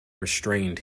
restrained